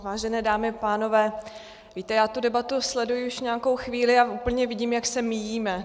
Vážené dámy a pánové, víte, já tu debatu sleduji už nějakou chvíli a úplně vidím, jak se míjíme.